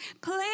please